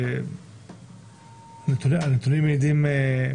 להגבלת יציאה יש משמעות אדירה על זכויות של אזרחים במדינת